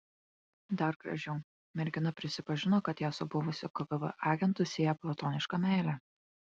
dar gražiau mergina prisipažino kad ją su buvusiu kgb agentu sieja platoniška meilė